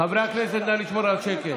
חברי הכנסת, נא לשמור על שקט.